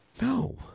No